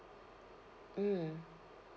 mm